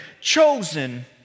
chosen